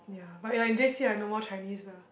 ya but like in J_C ah no more Chinese ah